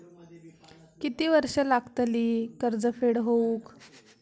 किती वर्षे लागतली कर्ज फेड होऊक?